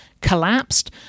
collapsed